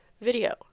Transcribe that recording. video